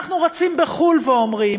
אנחנו רוצים בחו"ל ואומרים,